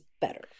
better